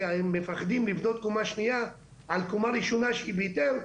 כי מפחדים לבנות קומה שנייה על קומה ראשונה שהיא בהיתר,